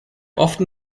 often